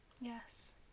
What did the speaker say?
yes